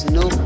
no